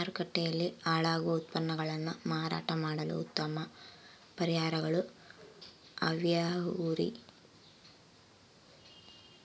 ಮಾರುಕಟ್ಟೆಯಲ್ಲಿ ಹಾಳಾಗುವ ಉತ್ಪನ್ನಗಳನ್ನ ಮಾರಾಟ ಮಾಡಲು ಉತ್ತಮ ಪರಿಹಾರಗಳು ಯಾವ್ಯಾವುರಿ?